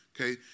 okay